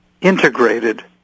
integrated